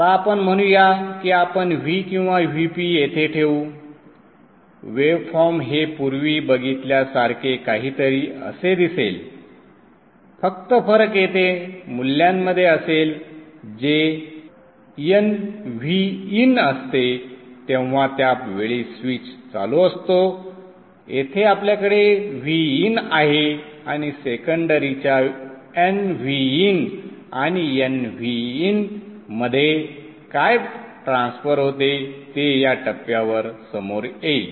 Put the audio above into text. आता आपण म्हणूया की आपण V किंवा Vp येथे ठेवू वेव फॉर्म हे पूर्वी बघितल्या सारखे काहीतरी असे दिसेल फक्त फरक येथे मूल्यामध्ये असेल जे nVin असते तेव्हा त्या वेळी स्विच चालू असतो येथे आपल्याकडे Vin आहे आणि सेकंडरीच्या nVin आणि nVin मध्ये काय ट्रान्सफर होते ते या टप्प्यावर समोर येईल